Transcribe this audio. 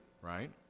right